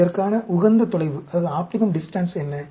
இதற்கான உகந்த தொலைவு என்ன